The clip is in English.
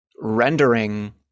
rendering